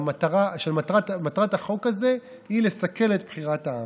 מטרת החוק הזה, לסכל את בחירת העם.